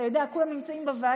אתה יודע, כולם נמצאים בוועדות,